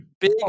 Big